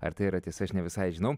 ar tai yra tiesa aš ne visai žinau